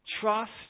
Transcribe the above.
Trust